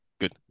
Good